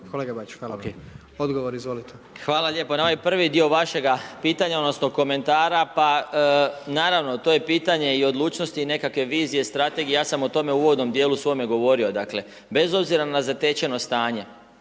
Odgovor, izvolite. **Marić, Zdravko** Hvala lijepo. Na ovaj prvi dio vašega komentara pa naravno, to je pitanje i odlučnosti i nekakve vizije, strategije, ja sam o tome u uvodnom djelu svome govorio. Dakle bez obzira na zatečeno stanje,